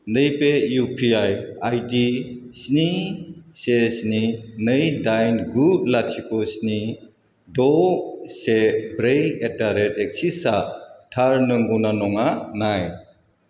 नैबे इउपिआइ आइदि स्नि से स्नि नै दाइन गु लाथिख' स्नि द' से ब्रै एदारेट एक्सिआ थार नंगौ ना नङा नाय